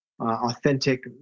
authentic